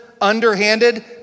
underhanded